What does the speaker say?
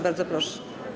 Bardzo proszę.